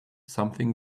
something